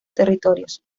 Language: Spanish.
territorios